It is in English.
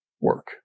work